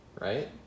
right